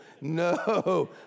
no